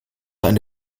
eine